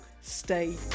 stay